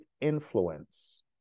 influence